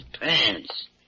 pants